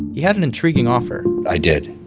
he had an intriguing offer i did.